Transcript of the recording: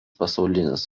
pasaulinis